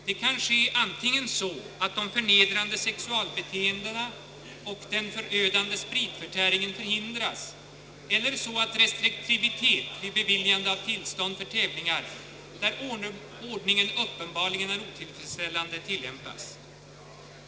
Det kan ske antingen så, att de förnedrande sexualbeteendena och den förödande spritförtäringen förhindras eller så, att restriktivitet vid beviljande av tillstånd för tävlingar, där ordningen uppenbarligen är otillfredsställande, tillämpas.